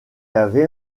avait